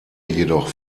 jedoch